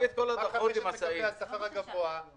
היה יוצא ספר בעובי האנציקלופדיה העברית,